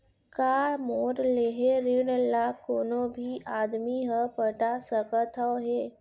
का मोर लेहे ऋण ला कोनो भी आदमी ह पटा सकथव हे?